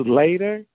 later